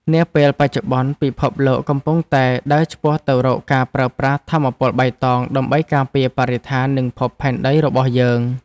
នាពេលបច្ចុប្បន្នពិភពលោកកំពុងតែដើរឆ្ពោះទៅរកការប្រើប្រាស់ថាមពលបៃតងដើម្បីការពារបរិស្ថាននិងភពផែនដីរបស់យើង។